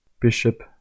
bishop